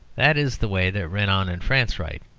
that is the way that renan and france write,